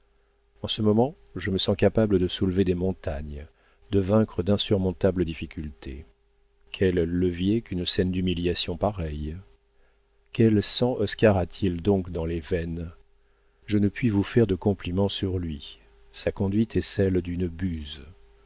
en ce moment je me sens capable de soulever des montagnes de vaincre d'insurmontables difficultés quel levier qu'une scène d'humiliations pareilles quel sang oscar a-t-il donc dans les veines je ne puis vous faire de compliments sur lui sa conduite est celle d'une buse